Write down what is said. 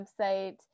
website